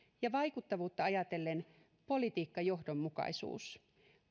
ja vaikuttavuutta ajatellen politiikkajohdonmukaisuus